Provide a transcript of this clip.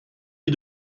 est